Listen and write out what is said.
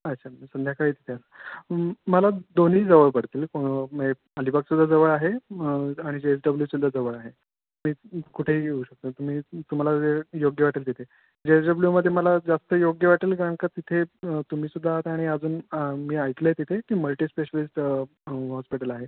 अच्छा तर संध्याकाळीच या मला दोन्ही जवळ पडतील म्हणजे अलिबागचं तर जवळ आहे आणि ते जे एस डब्ल्यूसुद्धा जवळ आहे मी कुठेही येऊ शकतो तुम्ही तुम्हाला जे योग्य वाटेल तिथे जे एस डब्ल्यूमध्ये मला जास्त योग्य वाटेल कारण का तिथे तुम्हीसुद्धा आहात आणि अजून मी ऐकलं आहे तिथे की मल्टीस्पेशलिस्ट हॉस्पिटल आहे